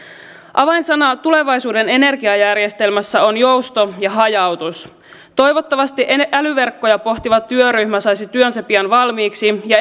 avainsanat tulevaisuuden energiajärjestelmässä ovat jousto ja hajautus toivottavasti älyverkkoja pohtiva työryhmä saisi työnsä pian valmiiksi ja